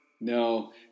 No